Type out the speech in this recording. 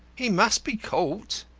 he must be caught.